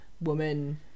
woman